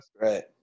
Right